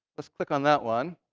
let's click on that one.